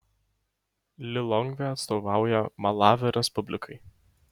lilongvė atstovauja malavio respublikai